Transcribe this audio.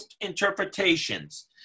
interpretations